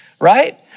right